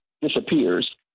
disappears